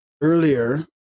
Earlier